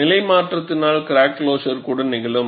நிலை மாற்றத்தினால் crack closure கூட நிகழும்